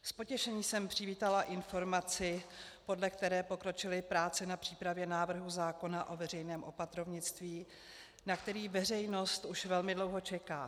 S potěšením jsem přivítala informaci, podle které pokročily práce na přípravě návrhu zákona o veřejném opatrovnictví, na který veřejnost už velmi dlouho čeká.